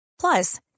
Plus